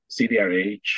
CDRH